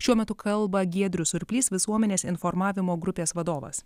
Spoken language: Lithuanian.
šiuo metu kalba giedrius surplys visuomenės informavimo grupės vadovas